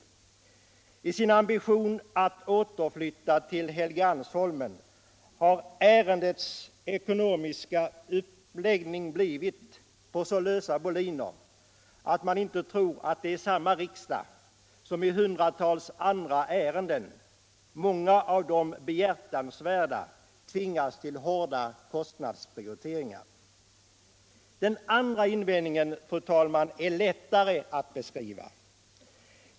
Riksdagen har i sin ambition att återflvtta till Helgeandsholmen låtit ärendets ekonomiska del gå på så lösa boliner, att man inte tror det är samma riksdag som i hundratals andra ärenden - många av dem behjärtansvärda — tvingas till hårda prioriteringar. Den andra invändningen är lättare att beskriva.